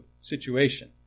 situation